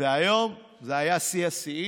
והיום זה היה שיא השיאים: